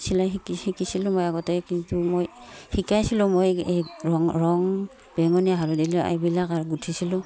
চিলাই শিকি শিকিছিলোঁ মই আগতে কিন্তু মই শিকাইছিলোঁ মই এই ৰং ৰং বেঙুনীয়া হালধীয়া এইবিলাক আৰু গোঁঠিছিলোঁ